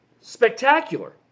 spectacular